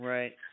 Right